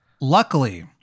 luckily